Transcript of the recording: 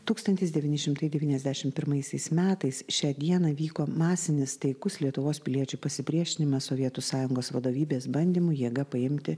tūkstantis devyni šimtai devyniasdešim pirmaisiais metais šią dieną vyko masinis taikus lietuvos piliečių pasipriešinimas sovietų sąjungos vadovybės bandymui jėga paimti